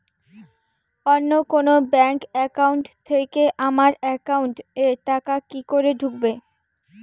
অন্য কোনো bank account থেকে আমার একাউন্ট এ টাকা কি করে ঢুকবে?